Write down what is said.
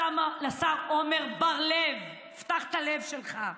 השר עמר בר לב: פתח את הלב שלך.